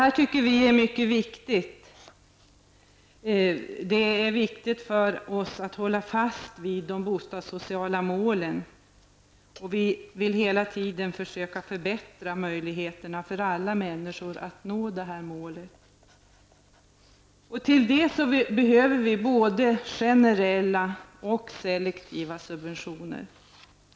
Detta tycker vi socialdemokrater är mycket viktigt, och det är viktigt att hålla fast vid de bostadssociala målen. Vi vill hela tiden försöka förbättra möjligheterna för alla människor att nå dessa mål. Till detta ändamål behöver vi både generella och selektiva subventioner.